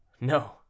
no